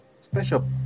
special